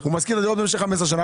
הוא משכיר את הדירות במשך 15 שנה.